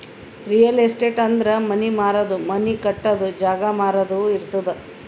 real estate ಅಂದುರ್ money ಮಾರದು, money ಕಟ್ಟದು, ಜಾಗ ಮಾರಾದು ಇರ್ತುದ್